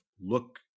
look